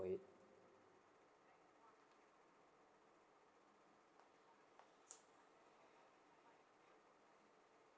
it